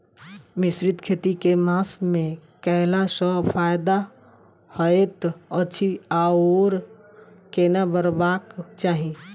मिश्रित खेती केँ मास मे कैला सँ फायदा हएत अछि आओर केना करबाक चाहि?